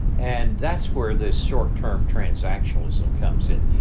and that's where this short term transactional ism comes in.